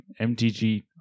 MTG